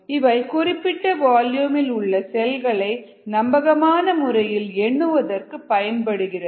இவை குறிப்பிட்ட வால்யூமில் உள்ள செல்களை நம்பகமான முறையில் எண்ணுவதற்கு பயன்படுகிறது